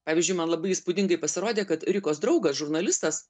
pavyzdžiui man labai įspūdingai pasirodė kad rikos draugas žurnalistas